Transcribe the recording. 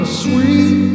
sweet